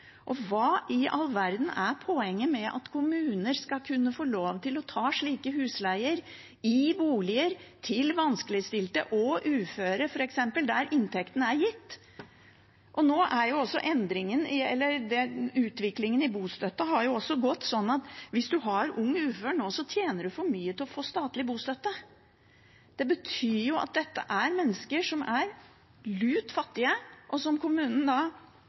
går. Hva i all verden er poenget med at kommuner skal kunne få lov til å ta slike husleier i boliger til f.eks. vanskeligstilte og uføre, der inntekten er gitt? Utviklingen i bostøtte har gjort at om man kommer inn under ordningen ung ufør nå, tjener man for mye til å få statlig bostøtte. Det betyr at dette er mennesker som er lut fattige, og som kommunen